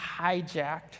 hijacked